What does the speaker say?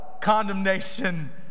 condemnation